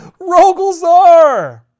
Rogelzar